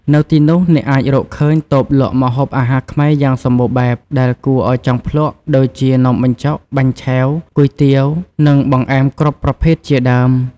នៅទីនោះ អ្នកអាចរកឃើញតូបលក់ម្ហូបអាហារខ្មែរយ៉ាងសម្បូរបែបដែលគួរឲ្យចង់ភ្លក្ស ដូចជា នំបញ្ចុក បាញ់ឆែវ គុយទាវ និងបង្អែមគ្រប់ប្រភេទជាដើម។